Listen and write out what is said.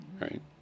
right